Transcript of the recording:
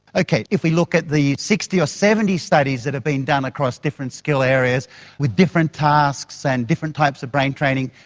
okay, if we look at the sixty or seventy studies that are being done across different skill areas with different tasks and different types of brain training,